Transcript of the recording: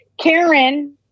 Karen